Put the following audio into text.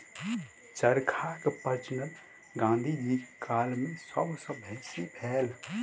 चरखाक प्रचलन गाँधी जीक काल मे सब सॅ बेसी भेल